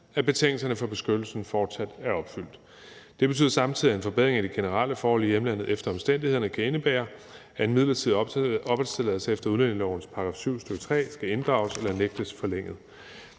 at betingelserne for beskyttelsen fortsat er opfyldt. Det betyder samtidig, at en forbedring af de generelle forhold i hjemlandet efter omstændighederne kan indebære, at en midlertidig opholdstilladelse efter udlændingelovens § 7, stk. 3, skal inddrages eller nægtes forlænget.